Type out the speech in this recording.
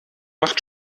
macht